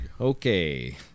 Okay